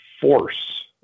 force